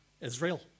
Israel